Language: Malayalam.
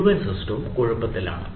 മുഴുവൻ സിസ്റ്റവും കുഴപ്പത്തിലാണ്